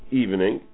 evening